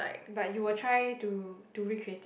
but you will try to to recreate it